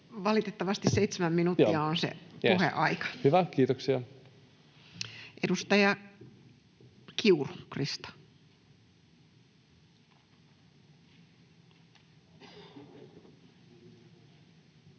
Valitettavasti seitsemän minuuttia on se puheaika. Edustaja Kiuru, Krista. Arvoisa